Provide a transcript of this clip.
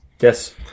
Yes